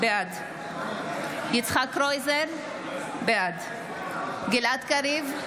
בעד יצחק קרויזר, בעד גלעד קריב,